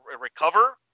recover